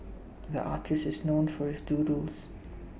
the artist is known for his doodles